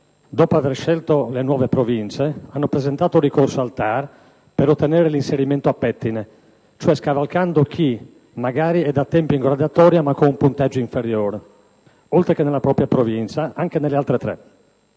dopo aver scelto le nuove Province, hanno presentato ricorso al TAR, per ottenere l'inserimento a pettine (cioè scavalcando chi magari è da tempo in graduatoria ma con un punteggio inferiore) oltre che nella propria Provincia, anche nelle altre tre.